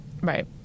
right